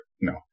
No